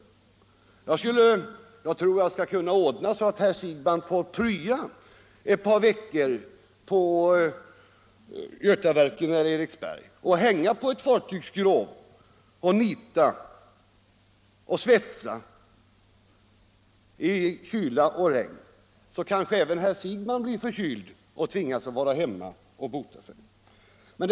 Jag kan nog ordna så att herr Siegbahn får prya ett par veckor på Götaverken eller Eriksberg och hänga på ett fartygsskrov och nita och svetsa i kyla och regn. Då skulle kanske även herr Siegbahn bli förkyld och tvingas vara hemma och bota sig.